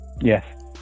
Yes